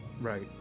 Right